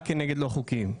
רק כנגד לא חוקיים.